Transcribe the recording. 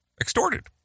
extorted